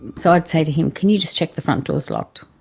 so i'd say to him, can you just check the front door is locked?